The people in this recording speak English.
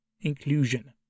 inclusion